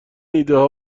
ایدهها